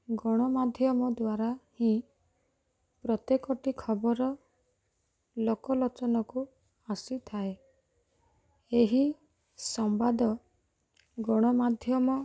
ଗଣମାଧ୍ୟମ ଦ୍ୱାରା ହିଁ ପ୍ରତ୍ୟେକ ଟି ଖବର ଲୋକ ଲୋଚନକୁ ଆସିଥାଏ ଏହି ସମ୍ବାଦ ଗଣମାଧ୍ୟମ